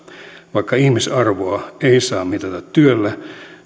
vaikka ihmisarvoa ei saa mitata työllä